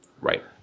Right